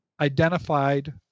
identified